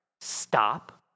Stop